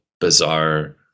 bizarre